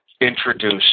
introduce